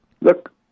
Look